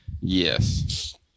Yes